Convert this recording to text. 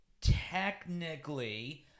technically